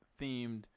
themed